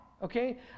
okay